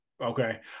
Okay